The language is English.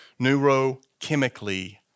neurochemically